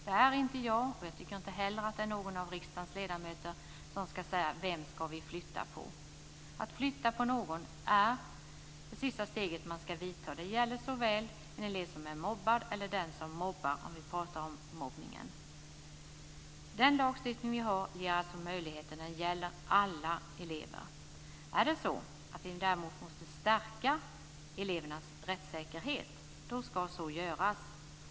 Det är inte jag, och jag tycker inte heller att det är någon av riksdagens ledamöter, som ska säga vem som man ska flytta på. Att flytta på någon är det sista steget som man ska vidta. Det gäller såväl en elev som är mobbad som en som mobbar, om vi talar om mobbningen. Den lagstiftning som vi har ger alltså möjligheter när det gäller alla elever. Om vi däremot måste stärka elevernas rättssäkerhet, då ska det göras.